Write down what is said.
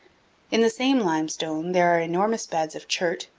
in the same limestone there are enormous beds of chert,